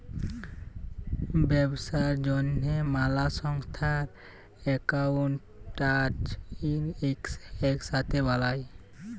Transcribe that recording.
ব্যবসার জ্যনহে ম্যালা সংস্থার একাউল্ট চার্ট ইকসাথে বালায়